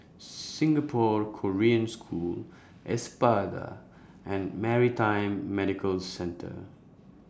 Singapore Korean School Espada and Maritime Medical Centre